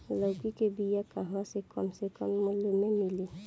लौकी के बिया कहवा से कम से कम मूल्य मे मिली?